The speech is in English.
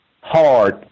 hard